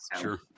Sure